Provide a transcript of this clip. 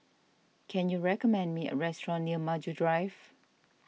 can you recommend me a restaurant near Maju Drive